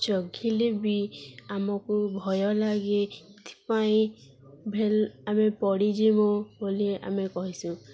ଚଖିଲେ ବି ଆମକୁ ଭୟ ଲାଗେ ଏଥିପାଇଁ ଭେଲ ଆମେ ପଡ଼ିଯିବୁ ବୋଲି ଆମେ କହିସୁ